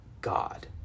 God